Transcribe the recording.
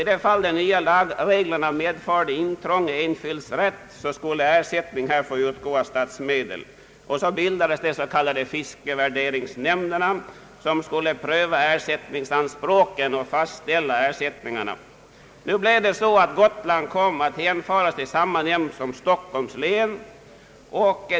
I de fall de nya lagreglerna medförde intrång i enskilds fiskerätt skulle ersättning utgå av statsmedel. I anslutning härtill bildades de s.k. fiskevärderingsnämnderna, som skulle pröva ersättningsanspråken och fastställa ersättningsbeloppens storlek. Gotlands län kom i detta sammanhang att hänföras till samma nämnd som Stockholms län.